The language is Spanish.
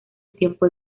tiempo